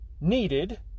needed